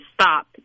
stop